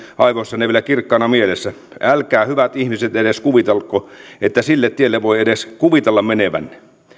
aivoissanne vielä kirkkaana mielessä älkää hyvät ihmiset edes kuvitelko että sille tielle voitte edes kuvitella menevänne